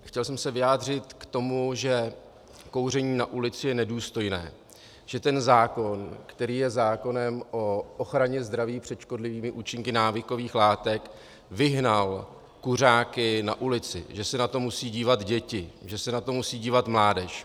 Chtěl jsem se vyjádřit k tomu, že kouření na ulici je nedůstojné, že ten zákon, který je zákonem o ochraně zdraví před škodlivými účinky návykových látek, vyhnal kuřáky na ulici, že se na to musí dívat děti, že se na to musí dívat mládež.